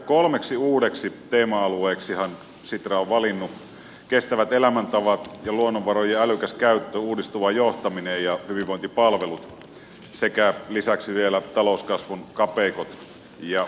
kolmeksi uudeksi teema alueeksihan sitra on valinnut kestävät elämäntavat ja luonnonvarojen älykkään käytön uudistuvan johtamisen ja hyvinvointipalvelut sekä lisäksi vielä talouskasvun kapeikot ja uudet mahdollisuudet